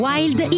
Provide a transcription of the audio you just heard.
Wild